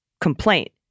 complaint